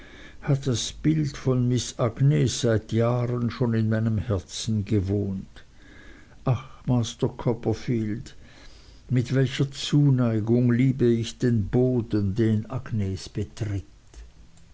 hat das bild von miß agnes seit jahren schon in meinem herzen gewohnt ach master copperfield mit welch reiner zuneigung liebe ich den boden den agnes betritt